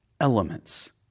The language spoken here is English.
elements